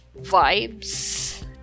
vibes